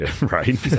Right